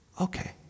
okay